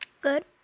Good